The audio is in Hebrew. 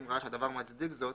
אם ראה שהדבר מצדיק זאת,